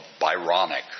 Byronic